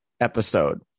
episode